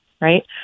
right